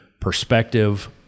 perspective